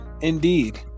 Indeed